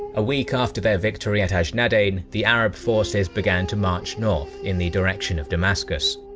a week after their victory at ajnadayn, the arab forces began to march north in the direction of damascus.